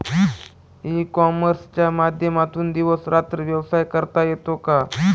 E कॉमर्सच्या माध्यमातून दिवस रात्र व्यवसाय करता येतो का?